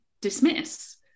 dismiss